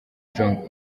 jong